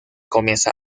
comienza